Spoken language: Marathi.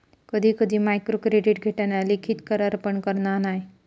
कधी कधी मायक्रोक्रेडीट घेताना लिखित करार पण करना नाय